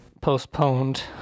postponed